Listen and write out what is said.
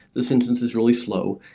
this instance is really slow.